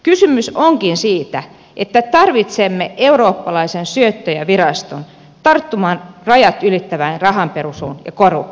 kysymys onkin siitä että tarvitsemme eurooppalaisen syyttäjäviraston tarttumaan rajat ylittävään rahanpesuun ja korruptioon